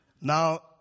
Now